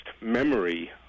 memory